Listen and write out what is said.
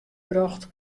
brocht